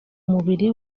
mubiri